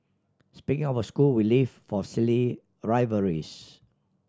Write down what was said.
speaking of a school we live for silly a rivalries